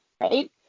Right